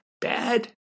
bad